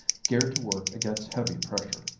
geared to work against heavy pressure.